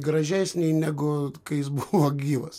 gražesnį negu kai jis buvo gyvas